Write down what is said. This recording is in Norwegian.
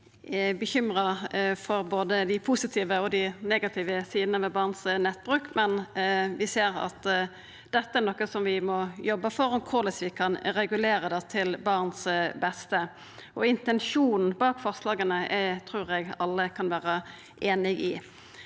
kan vera bekymra for både dei positive og dei negative sidene ved barns nettbruk, men vi ser at dette er noko som vi må jobba for, korleis vi kan regulera det til barns beste. Intensjonen bak forslaga trur eg alle kan vera einig i.